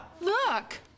Look